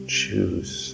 choose